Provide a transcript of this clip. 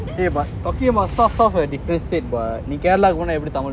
okay but talking about south south நீ கேரளாக்கு போனா எப்பிடி தமிழ் பேசுவ:nee keralaku pona epidi thamil pesuwa